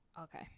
Okay